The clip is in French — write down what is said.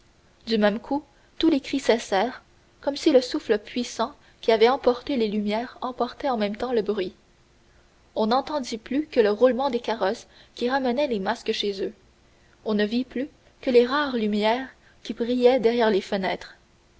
du même coup tous les cris cessèrent comme si le souffle puissant qui avait emporté les lumières emportait en même temps le bruit on n'entendit plus que le roulement des carrosses qui ramenaient les masques chez eux on ne vit plus que les rares lumières qui brillaient derrière les fenêtres